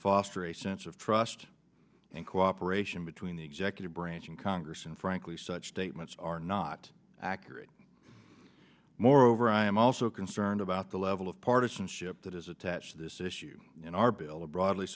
foster a sense of trust and cooperation between the executive branch in congress and frankly such state that's are not accurate moreover i am also concerned about the level of partisanship that is attached to this issue in our bill a broadly